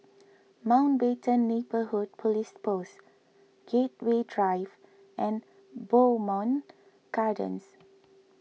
Mountbatten Neighbourhood Police Post Gateway Drive and Bowmont Gardens